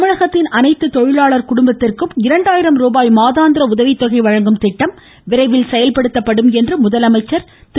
தமிழகத்தின் அனைத்து தொழிலாளர் குடும்பத்திற்கும் இரண்டாயிரம் ரூபாய் மாதாந்திர உதவித்தொகை வழங்கும் திட்டம் விரைவில் செயல்படுத்தப்படும் என்று ழதலமைச்சர் திரு